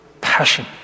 passion